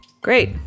Great